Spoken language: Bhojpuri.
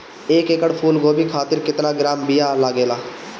एक एकड़ फूल गोभी खातिर केतना ग्राम बीया लागेला?